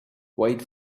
wait